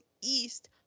east